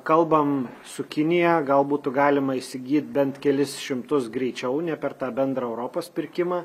kalbam su kinija gal būtų galima įsigyt bent kelis šimtus greičiau ne per tą bendrą europos pirkimą